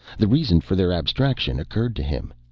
the reason for their abstraction occurred to him.